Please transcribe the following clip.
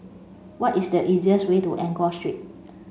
what is the easiest way to Enggor Street